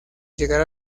llegar